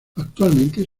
actualmente